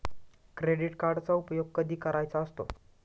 Credit कार्डचा उपयोग कधी करायचा असतो?